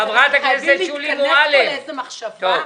אז חייבים להתכנס פה לאיזו מחשבה?